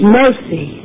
mercy